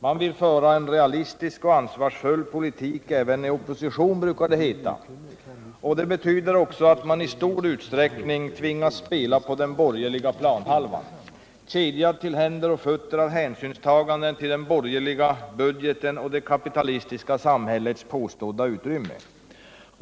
Man vill föra en realistisk och ansvarsfull politik även i opposition, brukar det heta, och det betyder att man i stor utsträckning tvingas spela på den borgerliga planhalvan, kedjad till händer och fötter av hänsynstaganden till den borgerliga budgeten och det kapitalistiska samhällets påstådda utrymme.